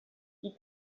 you